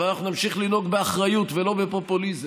אבל אנחנו נמשיך לנהוג באחריות ולא בפופוליזם,